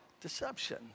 deception